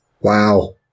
Wow